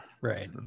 right